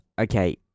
Okay